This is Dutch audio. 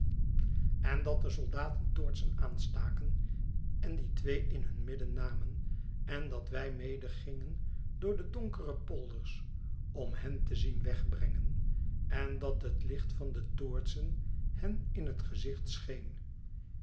en dat de soldaten toortsen aanstaken en die twee in hun midden namen en dat wij medegingen door de donkere polders om hen te zien wegbrengen en dat het licht van de toortsen hen in het gezicht scheen